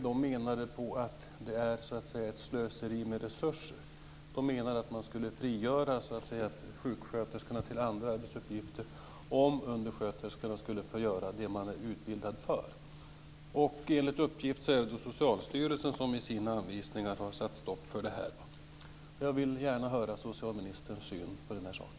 De menade att det är ett slöseri med resurser. De menade att man skulle frigöra sjuksköterskorna för andra arbetsuppgifter om undersköterskorna fick göra det som de är utbildade för. Enligt uppgift är det Socialstyrelsen som i sina anvisningar har satt stopp för det här. Jag vill gärna höra socialministerns syn på den här saken.